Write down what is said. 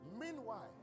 Meanwhile